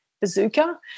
bazooka